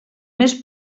més